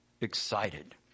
excited